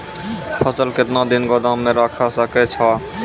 फसल केतना दिन गोदाम मे राखै सकै छौ?